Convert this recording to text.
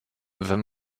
wenn